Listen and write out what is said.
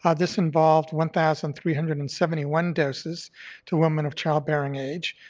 ah this involved one thousand three hundred and seventy one doses to women of childbearing age,